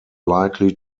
likely